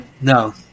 No